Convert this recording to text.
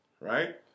right